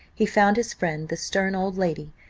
he found his friend, the stern old lady,